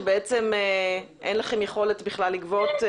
שבעצם אין לכם יכולת בכלל לגבות,